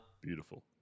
Beautiful